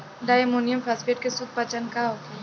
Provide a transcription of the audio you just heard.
Di ammonium phosphate के शुद्ध पहचान का होखे?